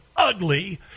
Ugly